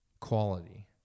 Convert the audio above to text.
quality